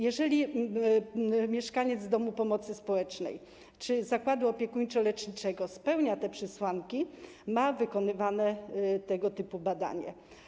Jeżeli mieszkaniec domu pomocy społecznej czy zakładu opiekuńczo-leczniczego spełnia te przesłanki, ma wykonywane tego typu badanie.